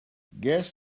guess